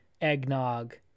eggnog